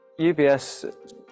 UBS